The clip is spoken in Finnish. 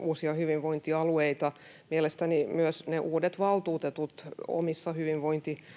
uusia hyvinvointialueita. Mielestäni myös ne uudet valtuutetut omilla hyvinvointialueillaan